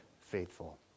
faithful